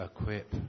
equip